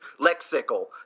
lexical